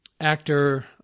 actor